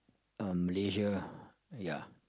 um Malaysia ya